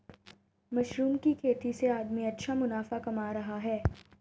mushroom की खेती से उद्यमी अच्छा मुनाफा कमा रहे हैं